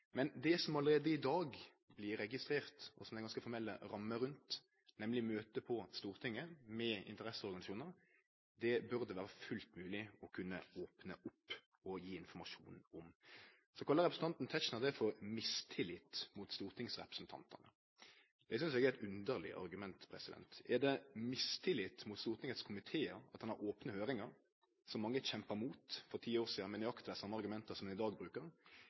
Men det som allereie i dag blir registrert, og som det er ganske formelle rammer rundt, nemleg møte på Stortinget med interesseorganisasjonar, burde det vere fullt mogleg å kunne opne opp og gje informasjon om. Så kallar representanten Tetzschner det for mistillit mot stortingsrepresentantane. Det synest eg er eit underleg argument. Er det mistillit mot Stortingets komitéar at ein har opne høyringar, som mange kjempa mot for ti år sidan med nøyaktig dei same argumenta som ein brukar i dag?